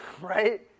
Right